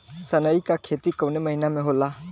सनई का खेती कवने महीना में होला?